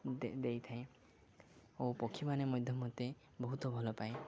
ଦେଇଥାଏ ଓ ପକ୍ଷୀମାନେ ମଧ୍ୟ ମୋତେ ବହୁତ ଭଲ ପାଏ